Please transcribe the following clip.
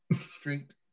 Street